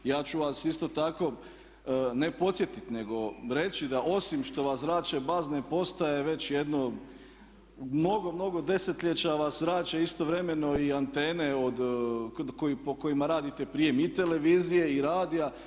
Ja ću vas isto tako, ne podsjetiti nego reći da osim što vas zrače bazne postaje već jedno mnogo, mnogo desetljeća vas zrače istovremeno i antene po kojima radite prijem i televizije i radija.